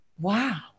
wow